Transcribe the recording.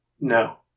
No